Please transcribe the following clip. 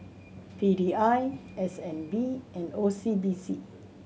P D I S N B and O C B C